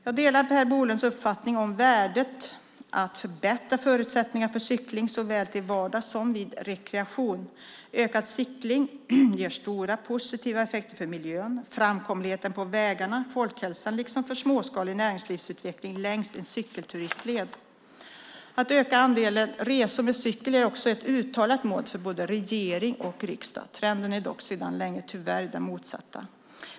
Jag delar Per Bolunds uppfattning om värdet av att förbättra förutsättningarna för cykling, såväl till vardags som vid rekreation. Ökad cykling ger stora positiva effekter för miljön, framkomligheten på vägarna, folkhälsan liksom för småskalig näringslivsutveckling längs en cykelturistled. Att öka andelen resor med cykel är också ett uttalat mål för både regering och riksdag. Trenden är dock sedan länge tyvärr den motsatta.